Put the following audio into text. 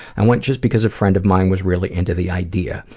i went just because a friend of mine was really into the idea.